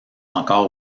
encore